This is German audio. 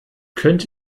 könnt